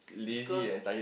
because